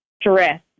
stress